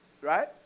right